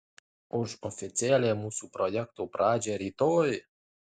už oficialią mūsų projekto pradžią rytoj